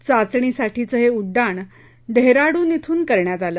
चाचणी साठीचं हे उड्डाण डेहराडुन श्रिन करण्यात आलं